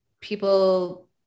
people